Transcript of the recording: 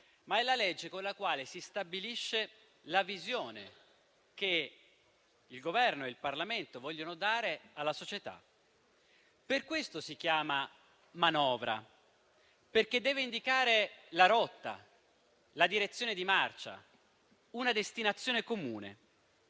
del Paese, ma si stabilisce la visione che il Governo e il Parlamento vogliono dare alla società. Per questo si chiama manovra, perché deve indicare la rotta, la direzione di marcia, una destinazione comune.